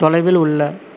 தொலைவில் உள்ள